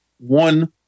one